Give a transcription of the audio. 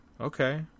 Okay